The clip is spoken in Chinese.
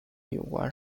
有关